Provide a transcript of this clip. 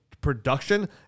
production